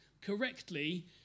correctly